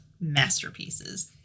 masterpieces